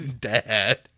Dad